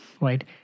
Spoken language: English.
right